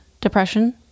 depression